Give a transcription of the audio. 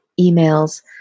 emails